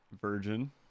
virgin